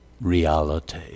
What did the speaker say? Reality